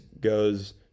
goes